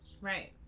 Right